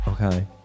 okay